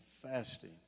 fasting